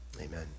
Amen